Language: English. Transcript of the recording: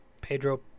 Pedro